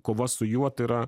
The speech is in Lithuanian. kova su juo tai yra